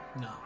No